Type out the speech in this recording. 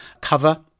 cover